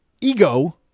Ego